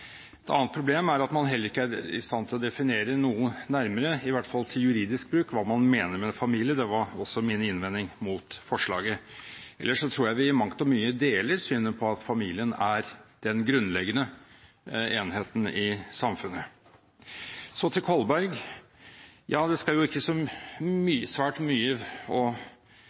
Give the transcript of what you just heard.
et slag for familien. Et annet problem er at man heller ikke er i stand til å definere noe nærmere, i hvert fall til juridisk bruk, hva man mener med «familie». Det var også min innvending mot forslaget. Ellers tror jeg vi i mangt og mye deler synet på at familien er den grunnleggende enheten i samfunnet. Så til Kolberg. Det skal ikke så svært mye